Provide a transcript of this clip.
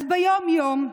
אז ביום-יום,